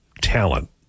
talent